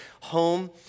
home